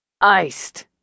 Iced